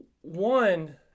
One